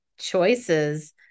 choices